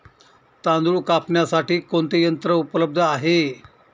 तांदूळ कापण्यासाठी कोणते यंत्र उपलब्ध आहे?